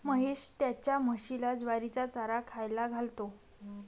महेश त्याच्या म्हशीला ज्वारीचा चारा खायला घालतो